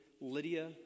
Lydia